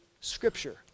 Scripture